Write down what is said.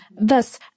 Thus